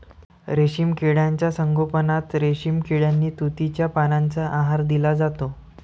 रेशीम किड्यांच्या संगोपनात रेशीम किड्यांना तुतीच्या पानांचा आहार दिला जातो